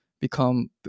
become